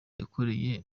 yakoreye